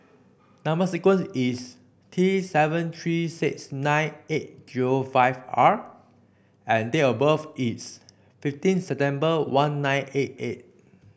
number sequence is T seven three six nine eight zero five R and date of birth is fifteen September one nine eight eight